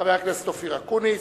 חבר הכנסת אופיר אקוניס.